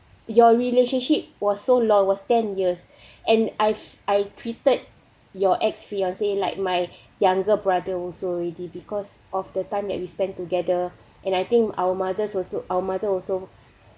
your relationship was so long was ten years and I've I treated your ex fiance like my younger brother also already because of the time that we spend together and I think our mothers also our mother also